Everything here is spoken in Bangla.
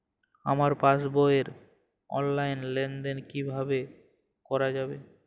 আমার পাসবই র অনলাইন লেনদেন কিভাবে করা যাবে?